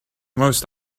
most